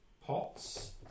pots